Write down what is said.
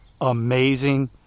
amazing